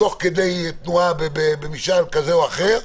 תוך כדי תנועה, במשאל כזה או אחר,